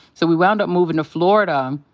so we wound up moving to florida. um